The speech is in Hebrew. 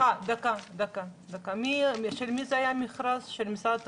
סליחה, של מי היה המכרז, של משרד התחבורה?